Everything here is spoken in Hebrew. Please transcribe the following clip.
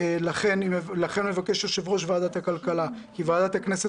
לכן יושב-ראש ועדת הכלכלה מבקש כי ועדת הכנסת